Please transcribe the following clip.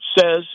says